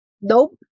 Nope